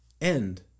end